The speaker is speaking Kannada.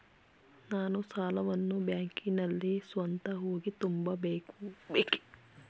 ನಾನು ಸಾಲವನ್ನು ಬ್ಯಾಂಕಿನಲ್ಲಿ ಸ್ವತಃ ಹೋಗಿ ತುಂಬಬೇಕೇ?